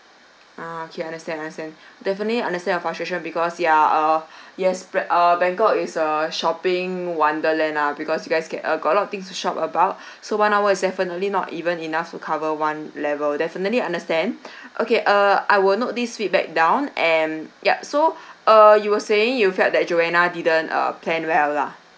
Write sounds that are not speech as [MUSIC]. ah okay understand understand [BREATH] definitely understand your frustration because ya err [BREATH] yes spre~ err bangkok is a shopping wonderland ah because you guys ca~ uh got a lot of things to shop about [BREATH] so one hour is definitely not even enough to cover one level definitely understand [BREATH] okay err I will note these feedback down and yup so [BREATH] err you were saying you felt that joanna didn't uh plan well lah